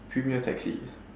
premier taxi